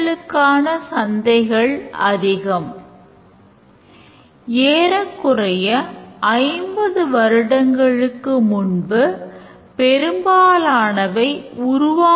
எடுத்துக்காட்டாக இருப்புநிலையை அச்சிடுவது பணம் செலுத்துதல் மானியம் பெறுதல் போன்றவை ஆகும்